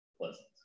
pleasant